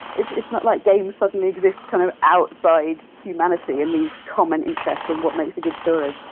it's it's not like games suddenly exist kind of outside humanity in these common interests in what makes a good story.